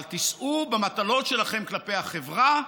אבל תישאו במטלות שלכם כלפי החברה,